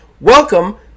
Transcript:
welcome